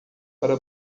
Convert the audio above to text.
para